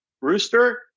Rooster